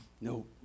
no